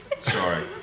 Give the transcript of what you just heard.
sorry